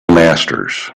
masters